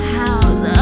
house